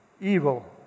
evil